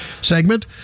segment